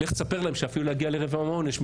לך תספר להם שאפילו להגיע לרבע עונש,